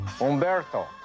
Umberto